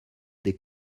des